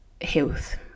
health